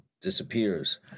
disappears